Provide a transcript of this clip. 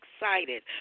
excited